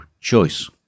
choice